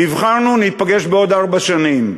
נבחרנו, ניפגש בעוד ארבע שנים.